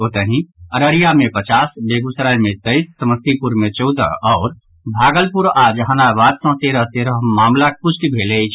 ओतहि अररिया मे पचास बेगूसराय मे तेईस समस्तीपुर मे चौदह आओर भागलपुर आ जहानाबाद सँ तेरह तेरह मामिलाक पुष्टि भेल अछि